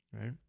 right